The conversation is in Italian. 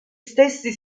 stessi